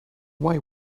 why